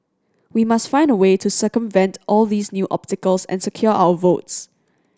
we must find a way to circumvent all these new obstacles and secure our votes